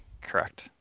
Correct